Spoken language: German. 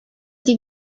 die